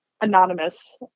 anonymous